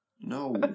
no